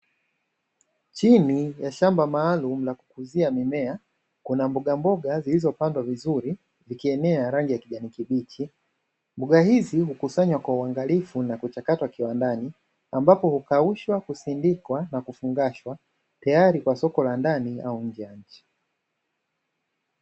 Chini ya shamba maalumu la kukuzia mimea kuna mbogamboga zilizopandwa vizuri zikienea kwa rangi ya kijani kibichi, mboga hizi hukusanywa kwa uangalifu na kuchakatwa kiwandani ambako hukaushwa, husindikwa na kufungashwa tayari kwa soko la ndani au nje ya nchi.